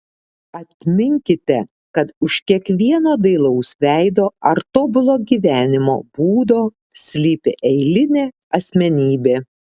atminkite kad už kiekvieno dailaus veido ar tobulo gyvenimo būdo slypi eilinė asmenybė